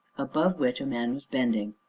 above which a man was bending,